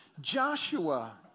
Joshua